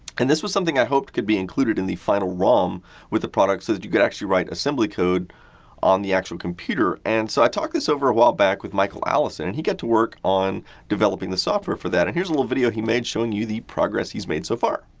and this was something i hoped could be included in final rom with the product so that you could actually write assembly code on the actual computer. and, so i talked this over a while back with michael allison and he got to work on developing the software for that. and here's a little video he made showing you the progress he's made so far.